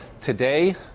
today